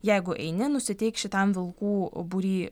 jeigu eini nusiteik šitam vilkų būry